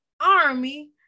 army